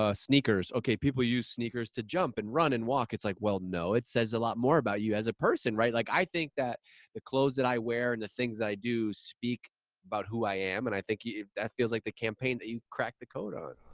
ah sneakers, okay people use sneakers to jump and run and walk. it's like well, no, it says a lot more about you as a person, right, like i think that the clothes that i wear and the things that i do speak about who i am and i think that feels like the campaign that you cracked the code on.